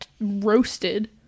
roasted